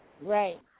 right